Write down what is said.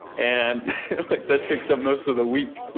and that picks up most of the week.